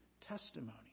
testimony